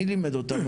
מי לימד אותנו?